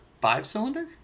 five-cylinder